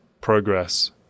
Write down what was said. progress